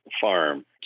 farm